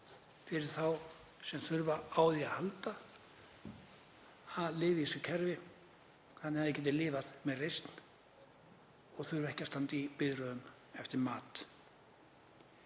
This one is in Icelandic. fyrir þá sem þurfa á því að halda að lifa í þessu kerfi þannig að þeir geti lifað með reisn og þurfi ekki að standa í biðröðum eftir mat.